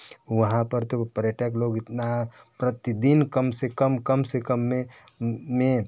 वहाँ पर तो पर्यटक लोग इतना प्रतिदिन कम से कम कम से कम में